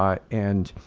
um and